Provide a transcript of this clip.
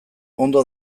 ondo